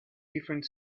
different